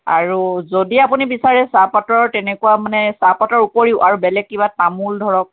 আৰু যদি আপুনি বিচাৰে চাহপাতৰ তেনেকুৱা মানে চাহপাতৰ উপৰিও আৰু বেলেগ কিবা তামোল ধৰক